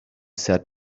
said